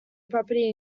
property